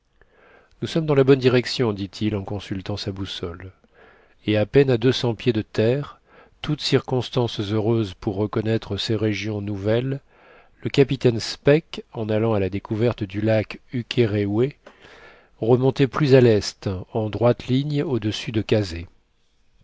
nous sommes dans la bonne direction dit-il en consultant sa boussole et à peine à deux cents pieds de terre toutes circonstances heureuses pour reconnaître ces régions nouvelles le capitaine speke en allant à la découverte du lac ukéréoué remontait plus à lest en droite ligne au dessus de kazeh